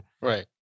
Right